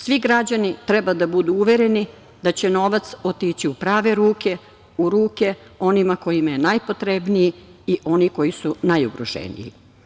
Svi građani treba da budu uvereni da će novac otići u prave ruke, u ruke onima kojima je najpotrebniji i oni koji su najugroženiji.